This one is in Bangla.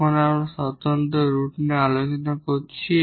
যখন আমরা ডিস্টিংক্ট রুট নিয়ে আলোচনা করেছি